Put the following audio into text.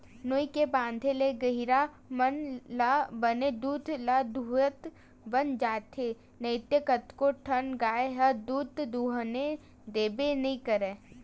नोई के बांधे ले गहिरा मन ल बने दूद ल दूहूत बन जाथे नइते कतको ठन गाय ह दूद दूहने देबे नइ करय